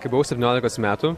kai buvau septyniolikos metų